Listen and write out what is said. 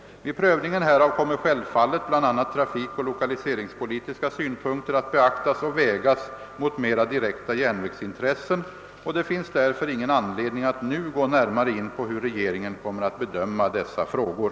Vid prövningen härav kommer självfallet bl.a. trafikoch 1okaliseringspolitiska synpunkter att be aktas och vägas mot mera direkta järnvägsintressen. Det finns därför inte anledning att nu gå närmare in på hur regeringen kommer att bedöma dessa frågor.